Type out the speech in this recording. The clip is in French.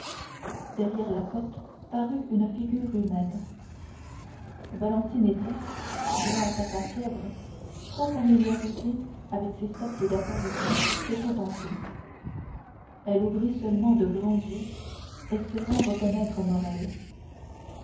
derrière la porte parut une figure humaine valentine était grâce à sa fièvre trop familiarisée avec ces sortes d'apparitions pour s'épouvanter elle ouvrit seulement de grands yeux espérant reconnaître morrel